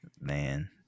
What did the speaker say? Man